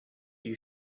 you